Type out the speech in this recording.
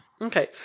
Okay